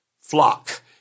flock